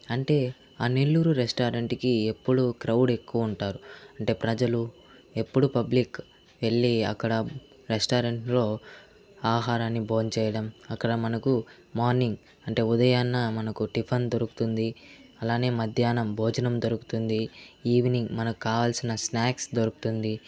అంటే ఆ నెల్లూరు రెస్టారెంట్కి ఎప్పుడు క్రౌడ్ ఎక్కువ ఉంటారు అంటే ప్రజలు ఎప్పుడు పబ్లిక్ వెళ్ళీ అక్కడ రెస్టారెంట్లో ఆహారాన్ని భోంచేయడం అక్కడ మనకు మార్నింగ్ అంటే ఉదయాన మనకు టిఫిన్ దొరుకుతుంది అలానే మధ్యాహ్నం భోజనం దొరుకుతుంది ఈవినింగ్ మనకు కావాల్సిన స్నాక్స్ దొరుకుతుంది